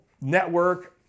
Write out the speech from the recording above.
network